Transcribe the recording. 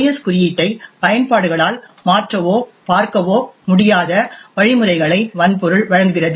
S குறியீட்டை பயன்பாடுகளால் மாற்றவோ பார்க்கவோ முடியாத வழிமுறைகளை வன்பொருள் வழங்குகிறது